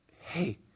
hey